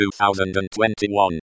2021